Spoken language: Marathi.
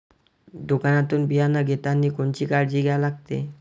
दुकानातून बियानं घेतानी कोनची काळजी घ्या लागते?